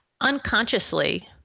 unconsciously